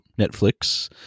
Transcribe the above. Netflix